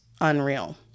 unreal